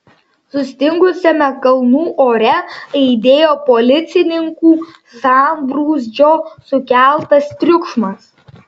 sustingusiame kalnų ore aidėjo policininkų sambrūzdžio sukeltas triukšmas